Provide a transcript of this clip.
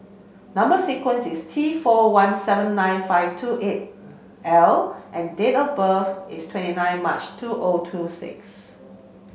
number sequence is T four one seven nine five two eight L and date of birth is twenty nine March two O two six